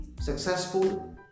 successful